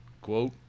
quote